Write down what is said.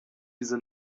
diese